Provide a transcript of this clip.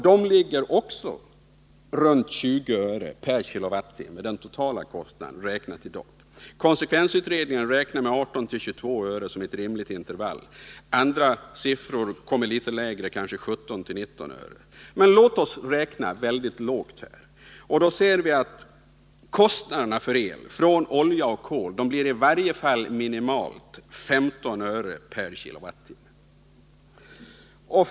De totala kostnaderna ligger i dag också runt 20 öre kWh.